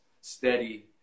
steady